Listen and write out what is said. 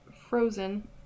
frozen